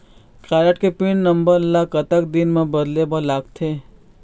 Card के pin number ला कतक दिन म बदले बर लगथे?